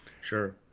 Sure